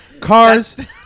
Cars